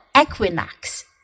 equinox